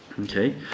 Okay